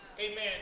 Amen